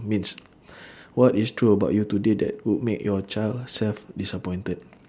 means what is true about you today that would make your child self disappointed